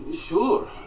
Sure